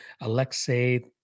Alexei